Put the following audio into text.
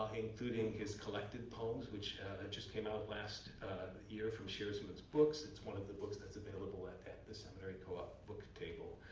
including his collected poems, which just came out last year from shearsman books. it's one of the books that's available at at the seminary co-op book table.